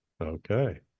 Okay